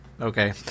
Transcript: Okay